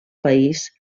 país